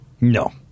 No